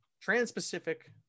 trans-pacific